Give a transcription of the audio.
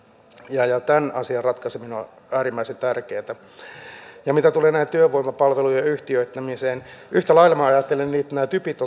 ja tämän asian ratkaiseminen on äärimmäisen tärkeätä mitä tulee tähän työvoimapalvelujen yhtiöittämiseen yhtä lailla ajattelen niin että nämä typit